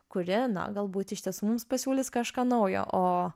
kuri na galbūt iš tiesų mums pasiūlys kažką naujo o